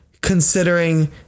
considering